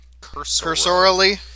Cursorily